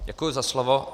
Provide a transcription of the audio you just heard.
Děkuji za slovo.